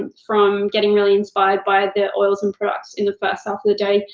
um from getting really inspired by the oils and products in the first half of the day,